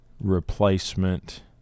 replacement –